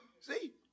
See